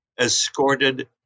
escorted